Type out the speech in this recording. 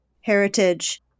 heritage